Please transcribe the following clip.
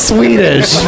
Swedish